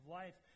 life